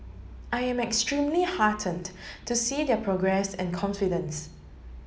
I am extremely heartened to see their progress and confidence